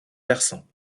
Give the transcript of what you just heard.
versant